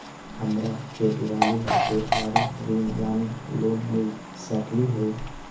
हमरा के दिवाली ला त्योहारी ऋण यानी लोन मिल सकली हे?